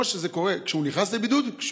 כמו שזה קורה כשהוא נכנס לבידוד.